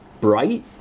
bright